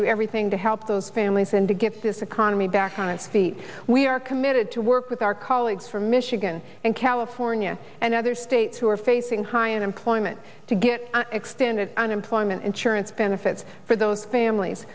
do everything to help those families and to get this economy back on its feet we are committed to work with our colleagues from michigan and california and other states who are facing high unemployment to get extended unemployment insurance benefits for those families